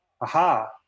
aha